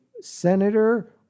senator